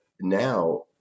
now